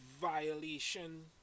violation